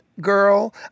girl